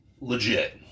legit